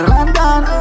London